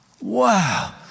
Wow